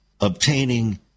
obtaining